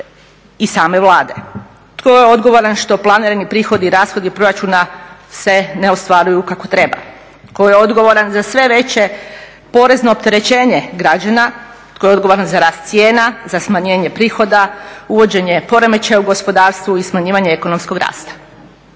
i same Vlade. Tko je odgovoran što planirani prihodi i rashodi proračuna se ne ostvaruju kako treba? Tko je odgovoran za sve veće porezno opterećenje građana, tko je odgovoran za rast cijena, za smanjenje prihoda, uvođenje poremećaja u gospodarstvu i smanjivanje ekonomskog rasta?